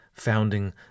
Founding